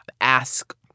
ask